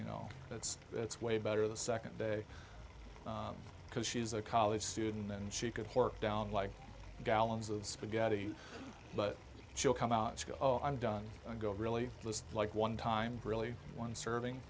you know it's it's way better the second day because she's a college student and she could whore down like gallons of spaghetti but she'll come out i'm done and go really like one time really one serving